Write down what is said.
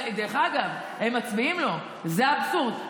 אגב, הם מצביעים לו, זה האבסורד.